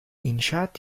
i̇nşaat